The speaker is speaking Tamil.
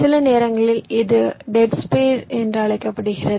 சில நேரங்களில் இது டெட் ஸ்பேஸ் என்று அழைக்கப்படுகிறது